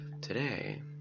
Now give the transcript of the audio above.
Today